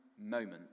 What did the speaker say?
moment